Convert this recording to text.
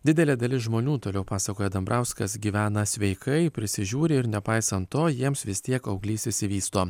didelė dalis žmonių toliau pasakoja dambrauskas gyvena sveikai prisižiūri ir nepaisant to jiems vis tiek auglys išsivysto